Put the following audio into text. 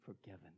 forgiven